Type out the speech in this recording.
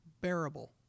bearable